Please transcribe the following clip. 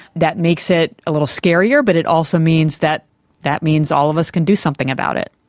that makes it a little scarier but it also means that that means all of us can do something about it.